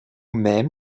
même